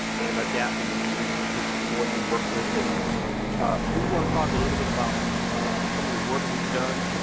and adapt in their curriculum to support and work with it. i do want to talk a little bit about some of the work we've done.